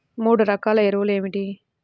మూడు రకాల ఎరువులు ఏమిటి?